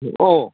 अ